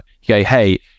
Hey